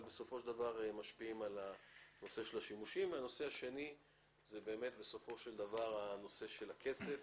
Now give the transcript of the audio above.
הנושא השני, הנושא של הכסף.